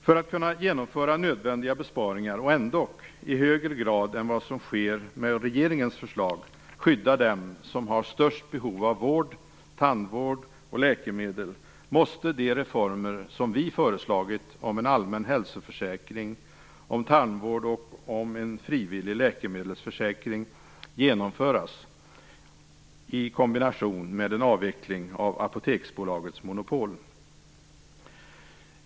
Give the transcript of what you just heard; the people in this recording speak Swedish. För att kunna genomföra nödvändiga besparingar och ändå, i högre grad än vad som sker med regeringens förslag, skydda den som har störst behov av vård, tandvård och läkemedel måste de reformer som vi föreslagit om en allmän hälsoförsäkring, om tandvård och om en frivillig läkemedelsförsäkring genomföras i kombination med en avveckling av Apoteksbolagets monopol.